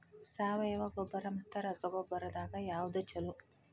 ಸಾವಯವ ಗೊಬ್ಬರ ಮತ್ತ ರಸಗೊಬ್ಬರದಾಗ ಯಾವದು ಛಲೋ?